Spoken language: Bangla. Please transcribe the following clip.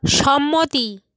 সম্মতি